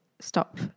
stop